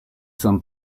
cent